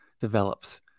develops